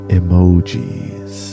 Emojis